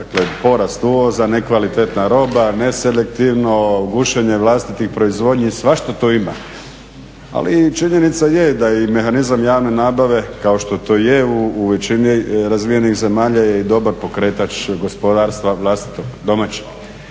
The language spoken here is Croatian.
dakle porast uvoza, nekvalitetna roba, neselektivno gušenje vlastitih proizvodnji svašta tu ima. Ali činjenica je da je i mehanizam javne nabave kao što to i je u većini razvijenih zemalja je dobar pokretač gospodarstva vlastitog, domaćeg